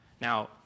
Now